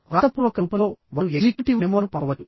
వ్రాతపూర్వక రూపంలో వారు ఎగ్జిక్యూటివ్ మెమోలను పంపవచ్చు